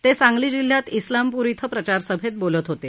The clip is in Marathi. ते सांगली जिल्ह्यात इस्लामपूर इथं प्रचार सभेत बोलत होते